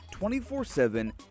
24-7